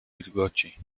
wilgoci